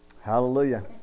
Hallelujah